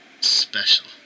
special